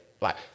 Like-